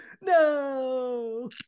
No